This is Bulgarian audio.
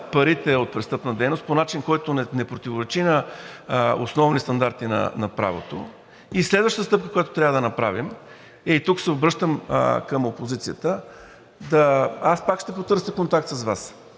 парите от престъпна дейност по начин, който не противоречи на основни стандарти на правото. И следващата стъпка, която трябва да направим – и тук се обръщам към опозицията, аз пак ще потърся контакт с Вас,